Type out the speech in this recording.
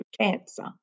cancer